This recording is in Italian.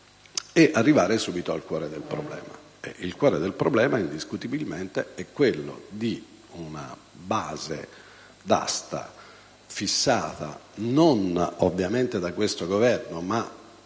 arrivare subito al cuore del problema. Il cuore del problema è indiscutibilmente la base d'asta fissata (ovviamente non da questo Governo, ma